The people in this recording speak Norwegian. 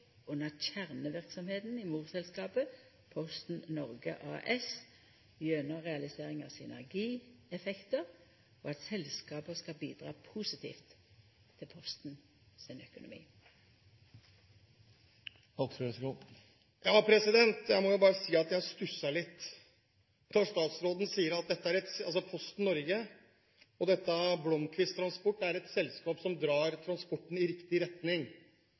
under kjerneverksemda i morselskapet Posten Norge AS gjennom realisering av synergieffektar, og at selskapa skal bidra positivt til Posten sin økonomi. Jeg må bare si at jeg stusser litt over at statsråden sier at Posten Norge og dette selskapet Blomquist Trucking drar transporten i riktig retning,